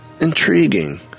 intriguing